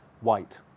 white